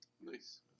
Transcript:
Nice